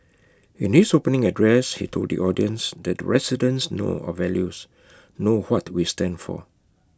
in his opening address he told the audience that the residents know our values know what we stand for